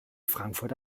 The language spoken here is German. frankfurt